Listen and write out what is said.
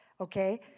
Okay